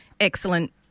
excellent